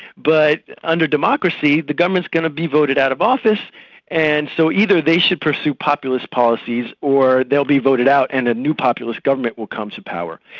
but under democracy, the government's going to be voted out of office and so either they should pursue populist policies or they'll be voted out, and a new populist government will come to power.